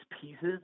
pieces